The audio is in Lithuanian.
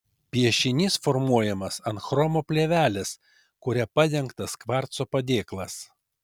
piešinys formuojamas ant chromo plėvelės kuria padengtas kvarco padėklas